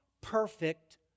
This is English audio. perfect